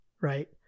Right